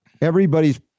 Everybody's